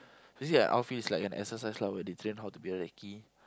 basically an outfield is like an exercise lah where they train how to be a recce